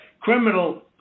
criminal